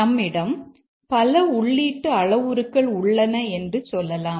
நம்மிடம் பல உள்ளீட்டு அளவுருக்கள் உள்ளன என்று சொல்லலாம்